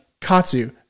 Katsu